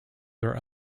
their